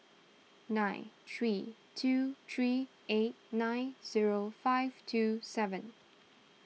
nine three two three eight nine zero five two seven